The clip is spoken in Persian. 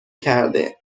کرده